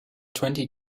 twenty